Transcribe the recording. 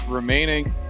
Remaining